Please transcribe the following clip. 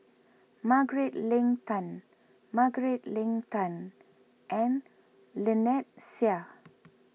Margaret Leng Tan Margaret Leng Tan and Lynnette Seah